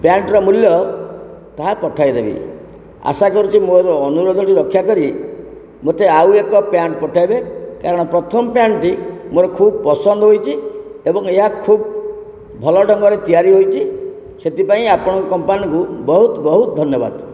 pant ର ମୂଲ୍ୟ ତାହା ପଠାଇଦେବି ଆଶା କରୁଛି ମୋର ଅନୁରୋଧ ଟି ରକ୍ଷା କରି ମୋତେ ଆଉ ଏକ ପ୍ୟାଣ୍ଟ୍ ପଠାଇବେ କାରଣ ପ୍ରଥମ ପ୍ୟାଣ୍ଟ୍ ଟି ମୋର ଖୁବ୍ ପସନ୍ଦ ହୋଇଛି ଏବଂ ଏହା ଖୁବ୍ ଭଲ ଢଙ୍ଗରେ ତିଆରି ହୋଇଛି ସେଥିପାଇଁ ଆପଣଙ୍କ କମ୍ପାନୀକୁ ବହୁତ ବହୁତ ଧନ୍ୟବାଦ